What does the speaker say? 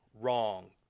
wrong